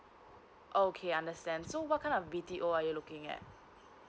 okay understand so what kind of B T O are you looking at